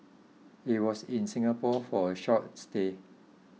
he was in Singapore for a short stay